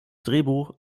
drehbuch